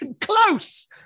Close